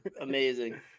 Amazing